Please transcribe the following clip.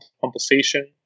compensation